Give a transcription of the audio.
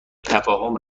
تفاهم